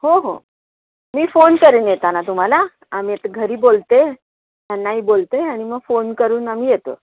हो हो मी फोन करेन येताना तुम्हाला आम्ही आत घरी बोलते त्यांनाही बोलते आणि मग फोन करून आम्ही येतो